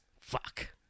Fuck